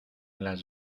las